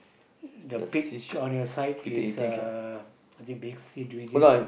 the pink on your side is uh I think big